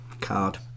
card